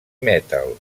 metal